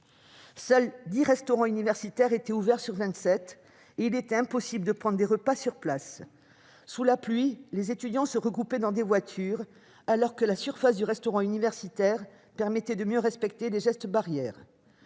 Seuls 10 restaurants universitaires étaient ouverts sur 27 et il était impossible de prendre les repas sur place. Sous la pluie, les étudiants se regroupaient dans des voitures, alors que la surface du restaurant universitaire aurait permis de mieux respecter les gestes barrières.